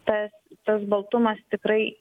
tas tas baltumas tikrai